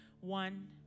One